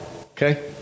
okay